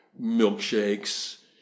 milkshakes